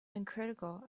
uncritical